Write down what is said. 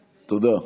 תודה.